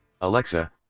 Alexa